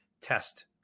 test